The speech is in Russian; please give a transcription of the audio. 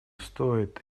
стоит